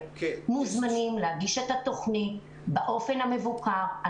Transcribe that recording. מוזמנים להגיש את התוכנית באופן המבוקר.